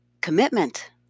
commitment